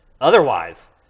otherwise